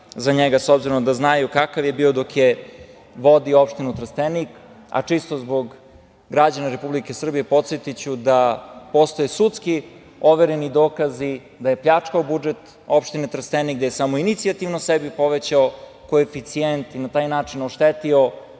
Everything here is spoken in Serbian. za njega s obzirom da znaju kakav je bio dok je vodio opštinu Trstenik. Čisto zbog građana Republike Srbije podsetiću da postoje sudski overeni dokazi da je pljačkao budžet opštine Trstenik, da je samoinicijativno sebi povećao koeficijent i na taj način oštetio